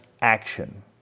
action